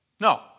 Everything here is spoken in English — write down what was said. No